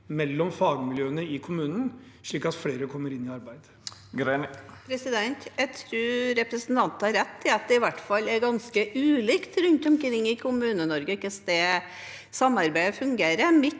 mellom fagmiljøene i kommunen, slik at flere kommer inn i arbeid? Heidi Greni (Sp) Jeg tror representanten har rett i at det i hvert fall er ganske ulikt rundt omkring i Kommune-Norge hvordan det samarbeidet fungerer.